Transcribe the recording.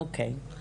אוקיי.